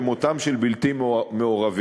למותם של בלתי מעורבים,